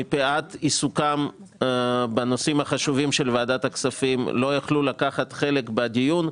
מפאת עיסוקם בנושאים החשובים של ועדת הכספים לא יכלו לקחת חלק בדיון,